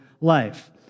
life